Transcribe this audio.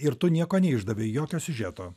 ir tu nieko neišdavei jokio siužeto